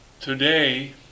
Today